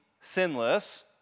sinless